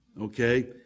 Okay